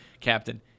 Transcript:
captain